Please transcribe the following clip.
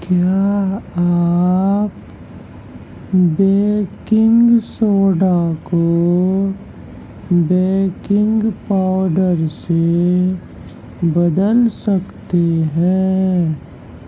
کیا آپ baking soda کو بیکنگ پاؤڈر سے بدل سکتے ہیں